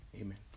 amen